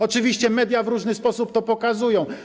Oczywiście media w różny sposób to pokazują.